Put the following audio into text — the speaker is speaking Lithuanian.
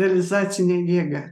realizacinę jėgą